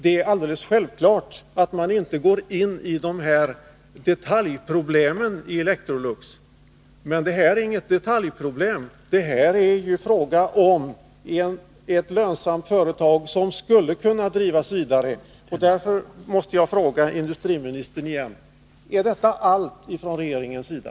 Det är alldeles självklart att man inte går in på detaljproblemen i Electrolux. Men detta är inget detaljproblem. Här är det fråga om ett lönsamt företag som skulle kunna drivas vidare. Därför måste jag återigen fråga industriministern: Är detta allt från regeringens sida?